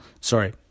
sorry